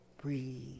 breathe